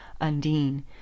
undine